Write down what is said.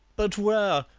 but where?